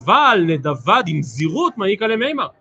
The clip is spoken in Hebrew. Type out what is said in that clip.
וואל נדבד עם זירות מעיקה למיימה